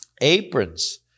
aprons